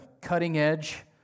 cutting-edge